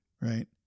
right